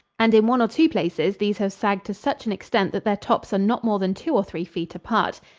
and in one or two places these have sagged to such an extent that their tops are not more than two or three feet apart.